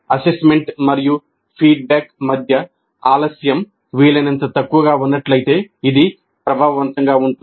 assessment మరియు feedback మధ్య ఆలస్యంవీలైనంత తక్కువగా ఉన్న ఉన్నట్లయితే ఇది ప్రభావవంతంగా ఉంటుంది